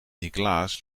niklaas